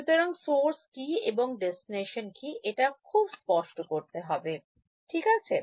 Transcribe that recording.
সুতরাং সোর্স কি এবং ডেস্টিনেশন কিএটা খুব স্পষ্ট করতে হবে ঠিক আছে